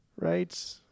right